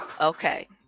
Okay